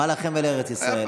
מה לכם ולארץ ישראל?